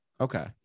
Okay